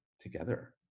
together